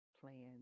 plans